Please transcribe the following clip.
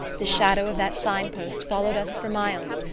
the shadow of that sign-post followed us for miles,